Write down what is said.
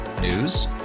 News